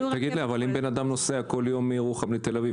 אבל אם בן אדם נוסע כל יום מירוחם לתל אביב,